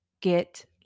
get